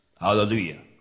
Hallelujah